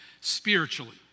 Spiritually